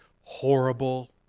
horrible